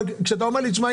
אבל אם אתה אומר לי: "תשמע,